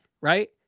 right